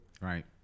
Right